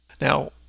Now